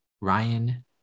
Ryan